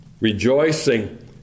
rejoicing